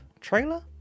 trailer